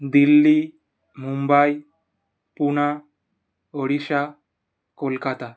Delhi Mumbai Pune Odisha Kolkata